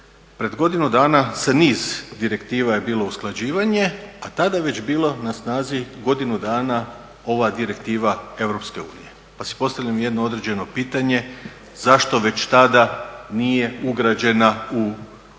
Pred godinu dana se niz direktiva je bilo usklađivanje a tada je već bilo na snazi godinu dana ova direktiva Europske unije. Pa si postavljam jedno određeno pitanje zašto već tada nije ugrađena u